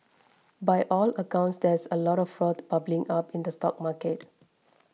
by all accounts there is a lot of froth bubbling up in the stock market